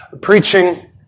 Preaching